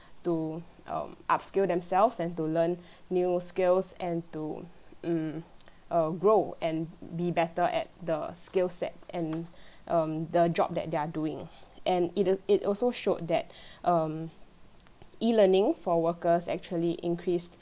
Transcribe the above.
to um up skill themselves and to learn new skills and to mm uh grow and be better at the skill set and um the job that they are doing and it it also showed that um E learning for workers actually increase